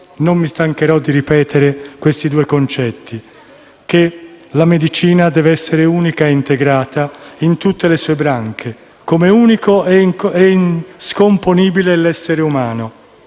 Non mi stancherò di ripetere questi due concetti: la medicina deve essere unica e integrata in tutte le sue branche, come unico e non scomponibile è l'essere umano,